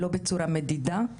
לא בצורה מדידה.